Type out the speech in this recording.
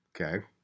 Okay